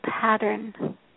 pattern